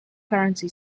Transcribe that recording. currency